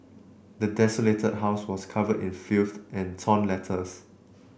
the desolated house was covered in filth and torn letters